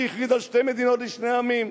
שהכריז על שתי מדינות לשני עמים.